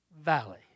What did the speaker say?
valley